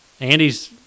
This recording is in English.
Andy's